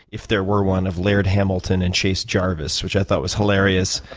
if there were one, of laird hamilton and chase jarvis, which i thought was hilarious.